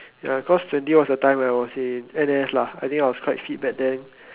ya cause twenty was the time when I was in N_S lah I think I was quite fit back then